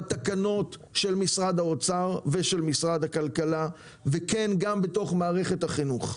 בתקנות של משרד האוצר ושל משרד הכלכלה וכן גם בתוך מערכת החינוך.